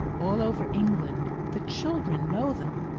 all over england the children know them!